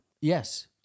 Yes